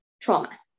trauma